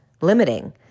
limiting